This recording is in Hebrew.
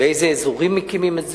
באילו אזורים מקימים?